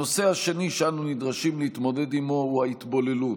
הנושא השני שאנו נדרשים להתמודד עימו הוא ההתבוללות,